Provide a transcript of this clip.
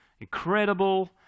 incredible